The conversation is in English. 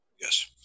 Yes